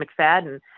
McFadden